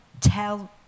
tell